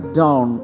down